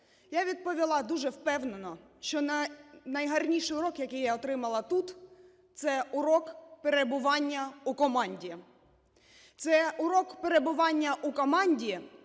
Я відповіла дуже впевнено, що найгарніший урок, який я отримала тут, це урок перебування у команді. Це урок перебування у команді,